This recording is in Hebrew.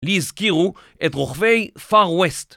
לי הזכירו את רוכבי far west.